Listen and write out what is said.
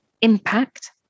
impact